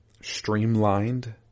streamlined